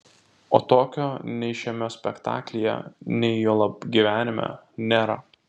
o tokio nei šiame spektaklyje nei juolab gyvenime nėra